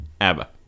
ABBA